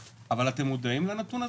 מודעים לנתון הזה?